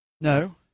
No